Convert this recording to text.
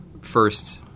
first